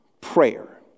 prayer